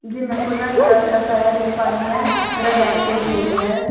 जी मे को ना एक एफ़ आई आर लिखवानी है मेरा बैग चोरी हो गया है